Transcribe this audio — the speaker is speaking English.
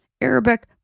Arabic